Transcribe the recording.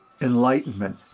enlightenment